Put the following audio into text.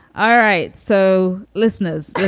all right so, listeners,